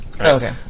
Okay